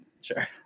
Sure